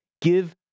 Give